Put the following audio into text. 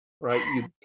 right